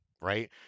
right